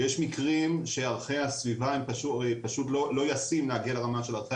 יש מקרים שערכי הסביבה פשוט לא ישים להגיע לרמה של ערכי